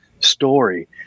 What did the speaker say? story